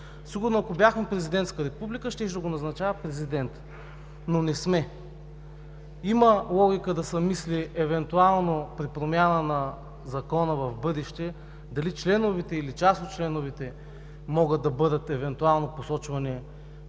Сигурно, ако бяхме президентска република, щеше да го назначава президентът, но не сме. Има логика да се мисли, евентуално при промяна на Закона в бъдеще, дали членовете, или част от членовете, могат да бъдат евентуално посочвани